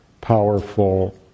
powerful